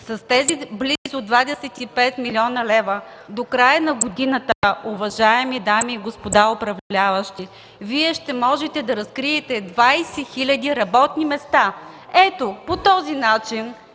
С тези близо 25 млн. лв. до края на годината, уважаеми дами и господа управляващи, Вие ще можете да разкриете 20 хиляди работни места! Ето, по този начин